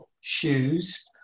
shoes